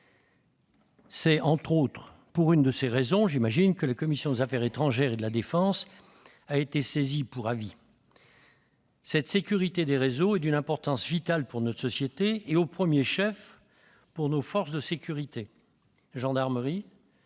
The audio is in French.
C'est entre autres pour l'une de ces raisons, j'imagine, que la commission des affaires étrangères et de la défense s'est saisie de ce sujet pour avis. La sécurité des réseaux est d'une importance vitale pour notre société et, au premier chef, pour nos forces de sécurité : gendarmerie,